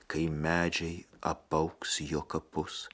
kai medžiai apaugs jo kapus